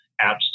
apps